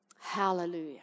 Hallelujah